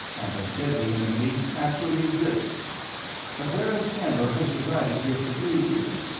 and a deadly enmity, actually exists but whereas camber has resided here for three years,